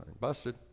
busted